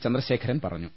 ചന്ദ്രശേഖരൻ പറഞ്ഞു